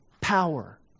power